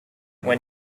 when